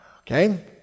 Okay